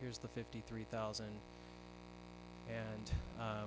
here's the fifty three thousand and